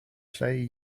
play